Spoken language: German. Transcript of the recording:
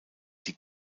die